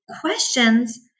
questions